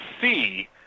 see